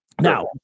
Now